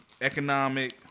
economic